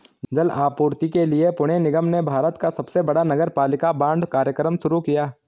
जल आपूर्ति के लिए पुणे निगम ने भारत का सबसे बड़ा नगरपालिका बांड कार्यक्रम शुरू किया